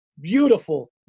beautiful